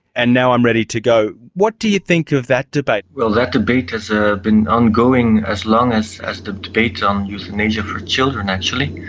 and now i'm ready to go. what do you think of that debate? well, that debate has ah been ongoing as long as as the debate on euthanasia for children actually.